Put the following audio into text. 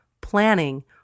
planning